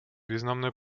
významné